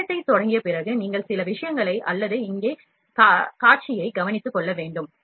இயந்திரத்தைத் தொடங்கிய பிறகு நீங்கள் சில விஷயங்களை அல்லது இங்கே காட்சியை கவனித்துக் கொள்ள வேண்டும்